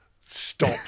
stop